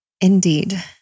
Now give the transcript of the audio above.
Indeed